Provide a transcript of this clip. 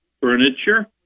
furniture